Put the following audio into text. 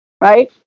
right